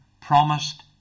Promised